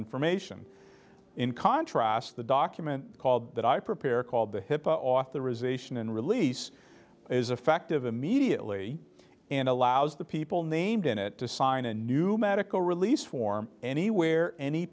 information in contrast the document called that i prepared called the hipaa authorization and release is effective immediately and allows the people named in it to sign a new medical release form anywhere